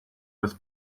bez